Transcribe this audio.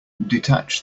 detach